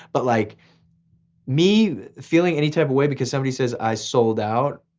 but like me feeling any type of way because somebody says i sold out,